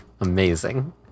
Amazing